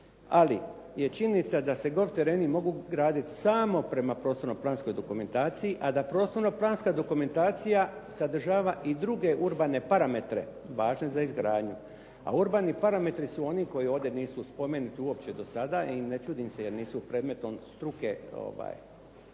ali je činjenica da se golf tereni mogu graditi samo prema prostorno planskoj dokumentaciji, a da prostorno planska dokumentacija sadržava i druge urbane parametre važne za izgradnju. A urbani parametri su oni koji ovdje nisu spomenuti uopće do sada i ne čudim se jer nisu predmetom struke